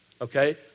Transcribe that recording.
Okay